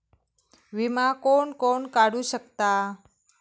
विमा कोण कोण काढू शकता?